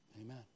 Amen